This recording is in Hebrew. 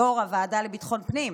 יו"ר הוועדה לביטחון פנים,